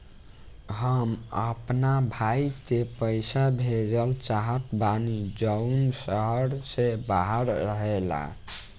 हम अपना भाई के पइसा भेजल चाहत बानी जउन शहर से बाहर रहेला